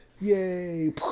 Yay